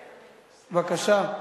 בבקשה.